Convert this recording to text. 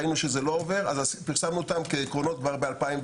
ראינו שזה לא עובר ולכן כבר ב-2018